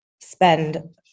spend